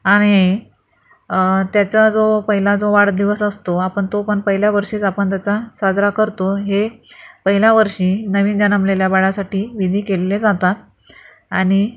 आणि त्याचा जो पहिला जो वाढदिवस असतो आपण तो पण पहिल्या वर्षीच आपण त्याचा साजरा करतो हे पहिल्या वर्षी नवीन जन्मलेल्या बाळासाठी विधी केलेले जातात आणि